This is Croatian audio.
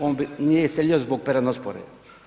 On nije iselio zbog peranospore.